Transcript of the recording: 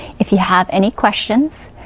if you have any questions,